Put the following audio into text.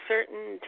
certain